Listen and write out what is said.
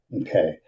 Okay